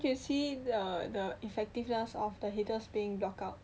you see the the effectiveness of the haters being blocked out